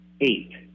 eight